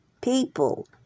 People